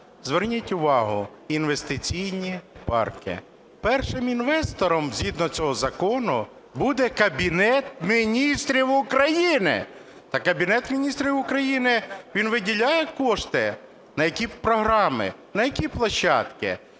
Зверніть увагу – інвестиційні парки. Першим інвестором згідно цього закону буде Кабінет Міністрів України. Та Кабінет Міністрів України, він виділяє кошти? На які програми, на які площадки?